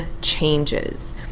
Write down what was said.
changes